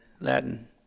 Latin